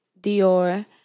Dior